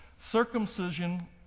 Circumcision